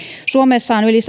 on yli